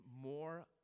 more